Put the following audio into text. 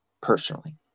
personally